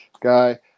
guy